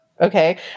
Okay